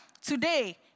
today